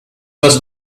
was